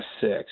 six